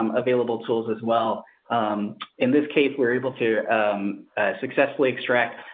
um available tools as well. i'm in this case, we're able to successfully extract,